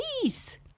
Please